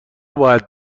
باید